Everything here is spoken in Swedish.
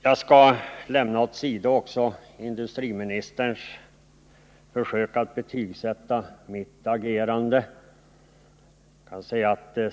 Jag skall också lämna åt sidan industriministerns försök att betygsätta mitt agerande.